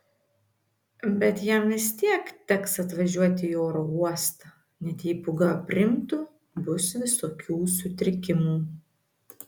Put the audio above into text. bet jam vis tiek teks atvažiuoti į oro uostą net jei pūga aprimtų bus visokių sutrikimų